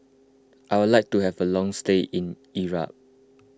I would like to have a long stay in Iraq